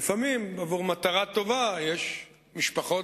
לפעמים זה עבור מטרה טובה, יש משפחות